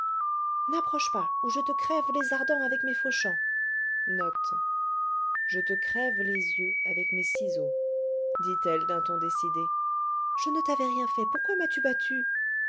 n'approche pas ou je te crève les ardents avec mes fauchants dit-elle d'un ton décidé je ne t'avais rien fait pourquoi m'as-tu battue